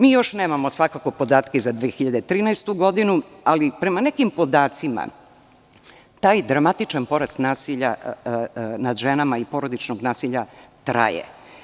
Mi još nemamo svakako podatke za 2013. godinu, ali prema nekim podacima, taj dramatičan porast nasilja nad ženama i porodičnog nasilja traje.